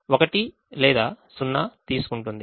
అది 1 లేదా 0 తీసుకుంటుంది